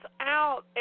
out